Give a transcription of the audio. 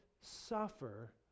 suffer